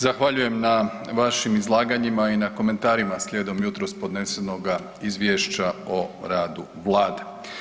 Zahvaljujem na vašim izlaganjima i na komentarima slijedom jutros podnesenoga izvješća o radu vlade.